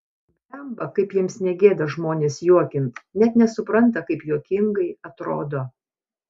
blemba kaip jiems negėda žmones juokint net nesupranta kaip juokingai atrodo